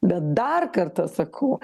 bet dar kartą sakau